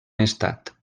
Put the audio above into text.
estat